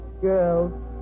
girls